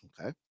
okay